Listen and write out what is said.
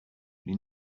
les